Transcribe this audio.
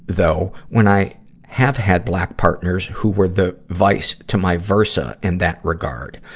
though, when i have had black partners who were the vice to my versa in that regard.